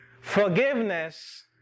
forgiveness